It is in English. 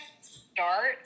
start